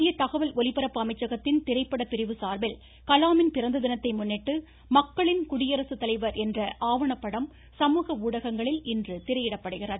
மத்திய தகவல் ஒலிபரப்பு அமைச்சகத்தின் திரைப்பட பிரிவு சார்பில் கலாமின் பிறந்ததினத்தை முன்னிட்டு மக்களின் குடியரசு தலைவர் என்ற ஆவணப்படம் சமூக ஊடகங்களில் இன்று திரையிடப்படுகிறது